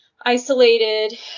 isolated